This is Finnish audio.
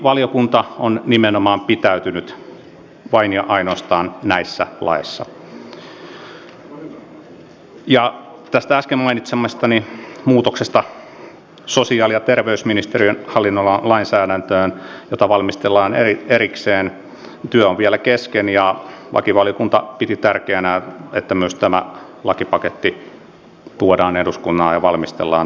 lakivaliokunta on nimenomaan pitäytynyt vain ja ainoastaan näissä laeissa ja tästä äsken mainitsemastani muutoksesta sosiaali ja terveysministeriön hallinnonalan lainsäädäntöön jota valmistellaan erikseen työ on vielä kesken ja lakivaliokunta piti tärkeänä että myös tämä lakipaketti tuodaan eduskunnalle ja valmistellaan asianmukaisesti